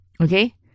Okay